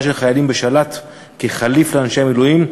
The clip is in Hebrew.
של חיילים בשל"ת כתחליף לאנשי המילואים,